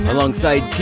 Alongside